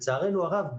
לצערנו הרב,